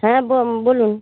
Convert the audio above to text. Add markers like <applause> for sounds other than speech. হ্যাঁ <unintelligible> বলুন